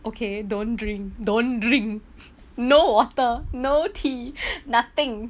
okay don't drink don't drink no water no tea nothing